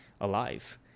alive